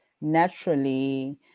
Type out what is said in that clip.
naturally